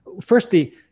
firstly